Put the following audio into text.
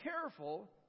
careful